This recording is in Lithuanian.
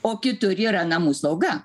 o kitur yra namų sauga